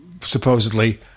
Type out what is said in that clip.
supposedly